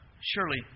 Surely